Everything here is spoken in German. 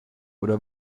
oder